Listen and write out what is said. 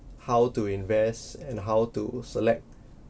how to invest and how to select